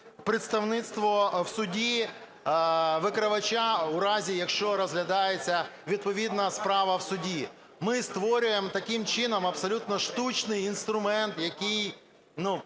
представництво в суді викривача у разі, якщо розглядається відповідна справа в суді. Ми створюємо таким чином абсолютно штучний інструмент, який